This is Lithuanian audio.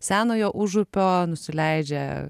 senojo užupio nusileidžia